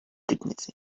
dignity